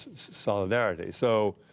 solidarity. so,